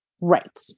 Right